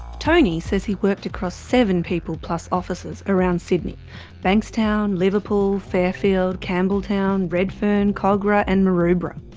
tony says he worked across seven peopleplus offices around sydney bankstown, liverpool, fairfield, campbelltown, redfern, kogarah and maroubra.